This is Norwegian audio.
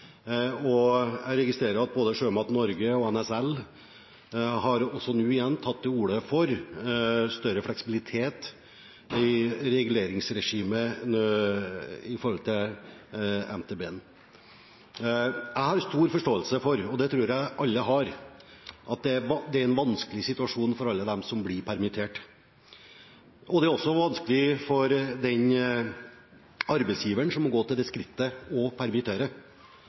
og jeg registrerer at både Sjømat Norge og Norske Sjømatbedrifters Landsforening, NSL, igjen har tatt til orde for større fleksibilitet i reguleringsregimet i forhold til MTB-en. Jeg har stor forståelse for – og det tror jeg alle har – at det er en vanskelig situasjon for alle dem som blir permittert, og det er også vanskelig for den arbeidsgiveren som må gå til det skrittet å permittere.